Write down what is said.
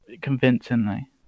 convincingly